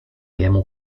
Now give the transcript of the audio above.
jemu